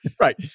Right